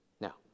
Now